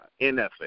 NFL